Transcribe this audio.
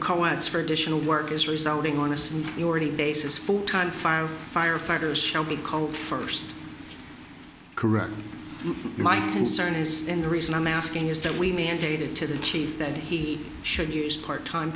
coeds for additional work is resulting on us and you already basis for time fire firefighters shall be called first correct my concern is in the reason i'm asking is that we mandated to the chief that he should use part time